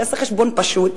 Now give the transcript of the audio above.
תעשה חשבון פשוט,